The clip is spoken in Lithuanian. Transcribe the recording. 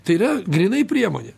tai yra grynai priemonė